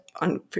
on